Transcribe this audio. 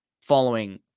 following